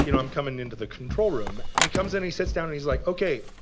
you know i'm coming into the control room. and he comes in, he sits down, and he's like, okay,